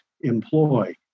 employ